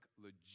legit